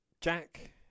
Jack